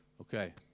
Okay